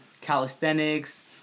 calisthenics